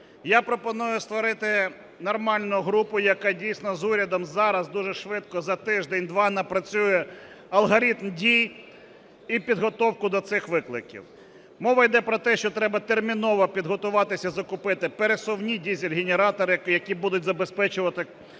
Я пропоную створити нормальну групу, яка дійсно з урядом зараз дуже швидко за тиждень-два напрацює алгоритм дій і підготовку до цих викликів. Мова йде про те, що треба терміново підготуватися, закупити пересувні дизельні генератори, які будуть забезпечувати